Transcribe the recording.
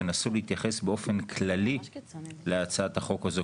תנסו להתייחס באופן כללי להצעת החוק הזאת.